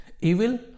evil